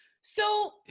So-